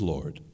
Lord